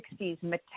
1960s